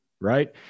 right